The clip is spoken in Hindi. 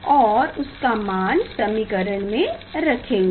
और उसका मान समीकरण में रखेंगे